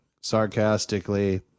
sarcastically